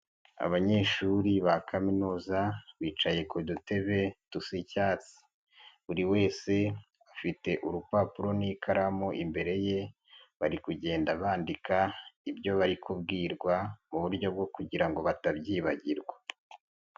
Abanyeshuri ba kaminuza bicaye ku dutebe dusa icyatsi. Buri wese afite urupapuro n'ikaramu imbere ye, bari kugenda bandika ibyo bari kubwirwa mu buryo bwo kugira ngo batabyibagirwa.